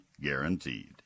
guaranteed